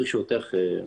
ברשותך,